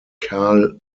karl